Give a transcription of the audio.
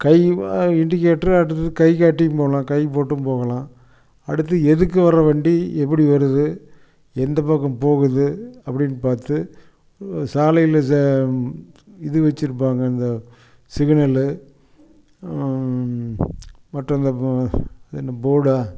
கை indicator அடுத்தது கை காட்டியும் போகலாம் கை போட்டும் போகலாம் அடுத்து எதுக்க வர்ற வண்டி எப்படி வருது எந்த பக்கம் போகுது அப்படின்னு பார்த்து சாலையில் இது வெச்சுருப்பாங்க இந்த சிக்னலு மற்ற இந்த அது என்ன போர்டா